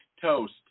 toast